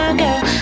girl